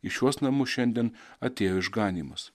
į šiuos namus šiandien atėjo išganymas